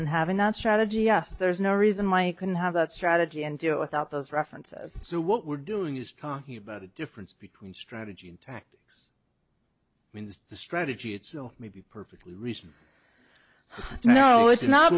and having not strategy yes there's no reason why you couldn't have that strategy and do it without those references so what we're doing is talking about the difference between strategy and tactics when the the strategy it's so maybe perfectly reason no it's not